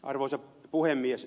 arvoisa puhemies